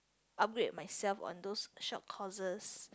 upgrade myself on those short courses